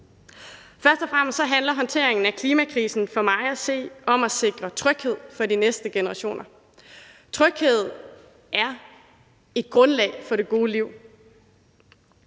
Først og fremmest handler håndteringen af klimakrisen for mig at se om at sikre tryghed for de næste generationer. Tryghed er et grundlag for det gode liv,